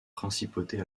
principautés